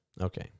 Okay